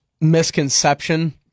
misconception